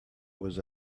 was